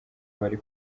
abari